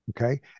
okay